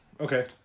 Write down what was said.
Okay